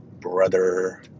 brother